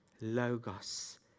logos